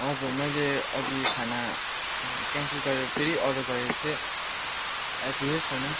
हजुर मैले अघि खाना क्यान्सल गरेर फेरि अर्डर गरेको थिएँ आइपुगेकै छैन